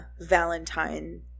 valentine